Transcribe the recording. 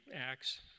Acts